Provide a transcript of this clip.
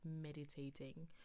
meditating